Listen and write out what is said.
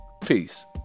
Peace